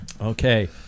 Okay